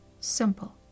simple